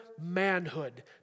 manhood